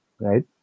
right